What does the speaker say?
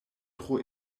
tro